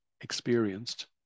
experienced